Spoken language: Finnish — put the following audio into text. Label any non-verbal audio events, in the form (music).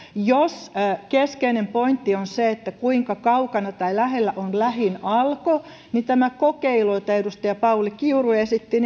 jos keskeinen pointti on se kuinka kaukana tai lähellä on lähin alko niin eikö tätä kokeilua jota edustaja pauli kiuru esitti (unintelligible)